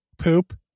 poop